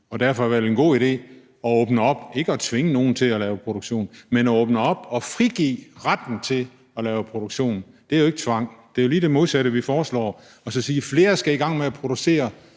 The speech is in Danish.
og derfor er det vel en god idé at åbne op, altså ikke at tvinge nogen til at lave en produktion, men at åbne op og frigive retten til at lave en produktion. Det er jo ikke tvang, men det er lige det modsatte, vi foreslår. Vi siger, at flere skal i gang med at producere,